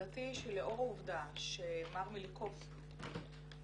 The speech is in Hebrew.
עמדתי היא שלאור העובדה שמר מיליקובסקי הוא